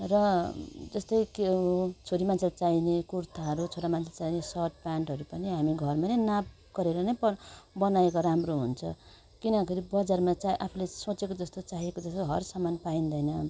र त्यस्तै क्या छोरी मान्छेलाई चाहिने कुर्ताहरू छोरा मान्छेलाई चाहिने सर्ट प्यान्टहरू पनि हामी घरमा नै नाप गरेर नै बनाएको राम्रो हुन्छ किन भन्दाखेरि बजारमा चाहिँ आफूले सोचेको जस्तो चाहेको जस्तो हर सामान पाइन्दैन